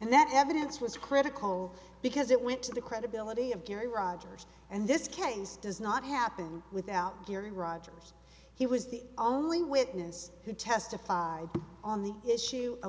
and that evidence was critical because it went to the credibility of gary rogers and this case does not happen without gary rogers he was the only witness who testified on the issue of